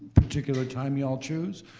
particular time you all choose,